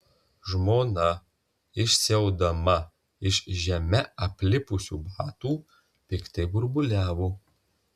žmona išsiaudama iš žeme aplipusių batų piktai burbuliavo